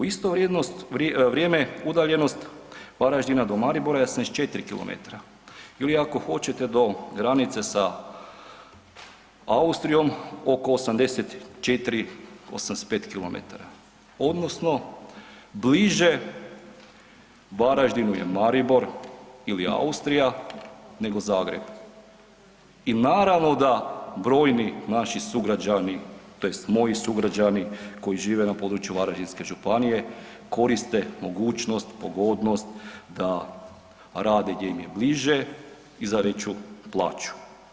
U istu vrijeme udaljenost Varaždina do Maribora je 84 kilometra ili ako hoćete do granice sa Austrijom, oko 84, 85 kilometara odnosno bliže Varaždinu je Maribor ili Austrija nego Zagreb i naravno da brojni naši sugrađani tj. moji sugrađani koji žive na području Varaždinske županije, koriste mogućnost, pogodnost da rade gdje im je bliže i za veću plaću.